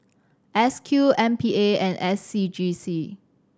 S Q M P A and S C G C